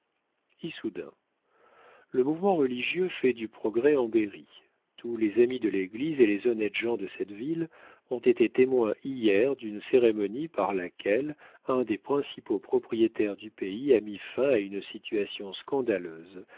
issoudun le mouvement religieux fait du progrès en berry tous les amis de l'église et les honnêtes gens de cette ville ont été témoins hier d'une cérémonie par laquelle un des principaux propriétaires du pays a mis fin à une situation scandaleuse